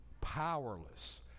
powerless